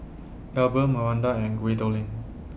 Albion Maranda and Gwendolyn